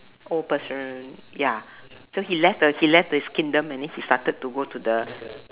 old person ya so he left the he left his kingdom and then he started to go to the